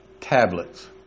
tablets